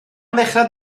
ddechrau